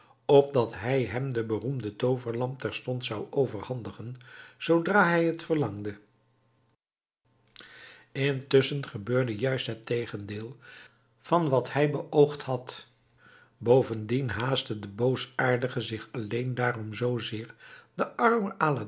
opdat hij hem de beroemde tooverlamp terstond zou overhandigen zoodra hij het verlangde intusschen gebeurde juist het tegendeel van dat wat hij beoogd had bovendien haastte de boosaardige zich alleen daarom zoo zeer den armen